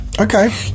okay